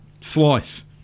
slice